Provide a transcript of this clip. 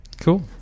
Cool